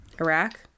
Iraq